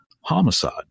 homicide